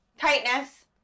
tightness